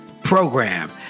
program